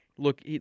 Look